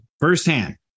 firsthand